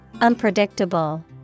Unpredictable